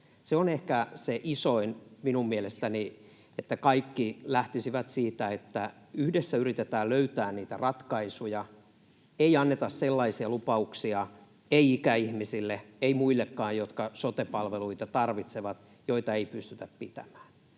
Se on ehkä se isoin asia minun mielestäni, että kaikki lähtisivät siitä, että yhdessä yritetään löytää niitä ratkaisuja, ei anneta sellaisia lupauksia, ei ikäihmisille, ei muillekaan, jotka sote-palveluita tarvitsevat, joita ei pystytä pitämään.